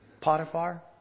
Potiphar